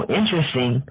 interesting